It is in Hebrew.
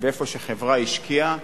ואיפה שהחברה השקיעה,